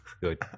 Good